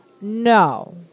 no